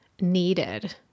needed